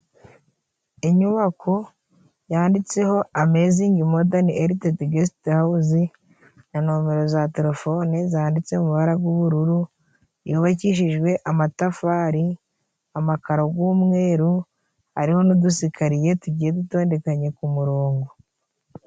Inyubako yanditseho Amezingimodani elitedi Gesitihawuze na nomero za terefone zanditse mu mabara gw'ubururu, yubakishijwe amatafari, amakaro gw'umweruru, hariho n'udusikariye tugiye dutondekanye ku murongo.